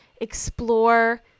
explore